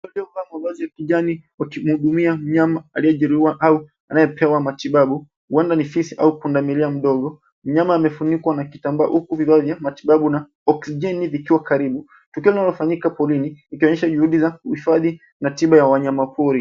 Watu waliovaa mavazi ya kijani wakimhudumia mnyama aliyejeruhiwa au anayepewa matibabu, huenda ni fisi au panda milia mdogo. Mnyama amefunikwa na kitambaa huku vifaa vya matibabu na oxygen vikiwa karibu. Tukio linalofanyika porini, likionyesha juhudi za uhifadhi na tiba ya wanyama pori.